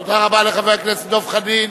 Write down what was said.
תודה רבה לחבר הכנסת דב חנין.